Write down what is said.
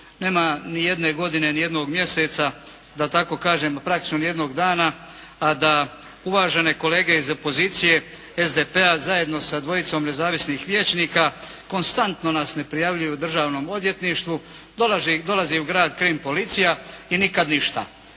nema niti jedne godine, ni jednog mjeseca, da tako kažem, praktično niti jednog dana a da uvažene kolege iz opozicije SDP-a, zajedno sa dvojicom nezavisnih liječnika konstantno nas …/Govornik se ne razumije./… državnom odvjetništvu, dolazi i u grad KRIMPOLICIJA i nikada ništa,